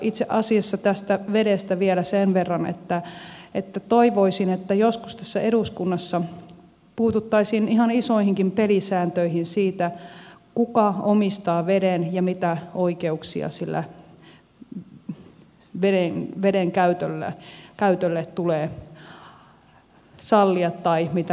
itse asiassa tästä vedestä vielä sen verran että toivoisin että joskus tässä eduskunnassa puututtaisiin ihan isoihinkin pelisääntöihin siitä kuka omistaa veden ja mitä oikeuksia sille veden käytölle tulee sallia tai mitä rajoitteita asettaa